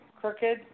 crooked